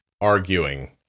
arguing